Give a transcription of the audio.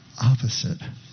opposite